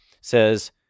says